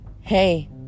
Hey